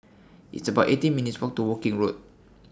It's about eighteen minutes' Walk to Woking Road